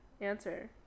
answer